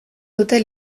dute